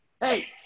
Hey